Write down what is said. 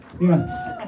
Yes